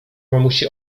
mamusi